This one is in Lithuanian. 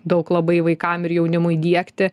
daug labai vaikam ir jaunimui diegti